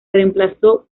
reemplazó